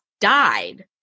died